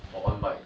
我 one bite